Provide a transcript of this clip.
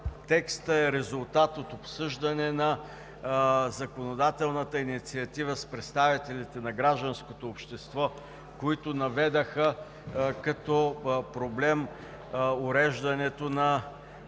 текстът е резултат от обсъждане на законодателната инициатива с представителите на гражданското общество, които наведоха като проблем уреждането на